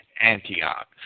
Antioch